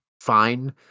fine